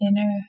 inner